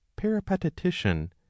peripatetician